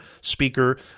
speaker